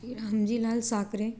Shri Ram ji Lal Sakre